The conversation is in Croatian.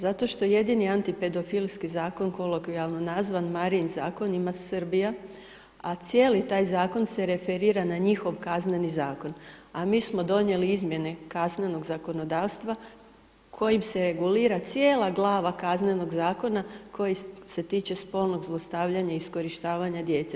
Zato što jedini antipedofilski zakon, kolokvijalno nazvan Marijin zakon, ima Srbija, a cijeli taj Zakon se referira na njihov Kazneni zakon, a mi smo donijeli izmjene kaznenog zakonodavstva, kojim se regulira cijela glava Kaznenog zakona, koji se tiče spolnog zlostavljanja i iskorištavanje djece.